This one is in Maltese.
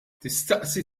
tistaqsi